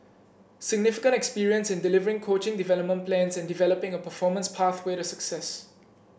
significant experience in delivering coaching development plans and developing a performance pathway to success